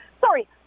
sorry